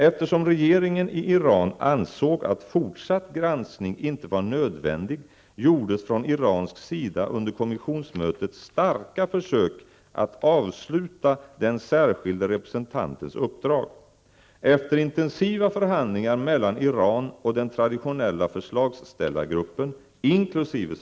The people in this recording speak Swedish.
Eftersom regeringen i Iran ansåg att fortsatt granskning inte var nödvändig gjordes från iransk sida under kommissionsmötet starka försök att avsluta den särskilde representantens uppdrag. Efter intensiva förhandlingar mellan Iran och den traditionella förslagsställargruppen, inkl.